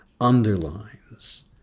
underlines